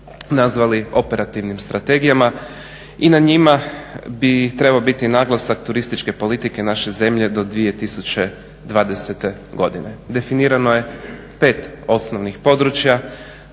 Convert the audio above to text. nazvali operativnim strategijama i na njima bi trebao biti naglasak turističke politike naše zemlje do 2020. godine. Definirano je 5 osnovnih područja,